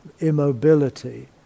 immobility